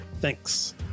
Thanks